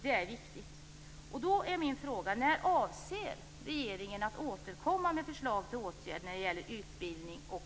Det är viktigt. Fru talman!